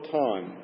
time